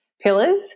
pillars